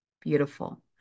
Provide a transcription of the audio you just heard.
beautiful